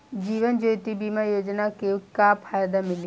जीवन ज्योति बीमा योजना के का फायदा मिली?